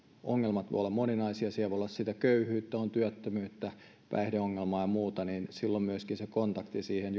voivat olla moninaisia siellä voi olla köyhyyttä työttömyyttä päihdeongelmaa ja muuta silloin kontakti siihen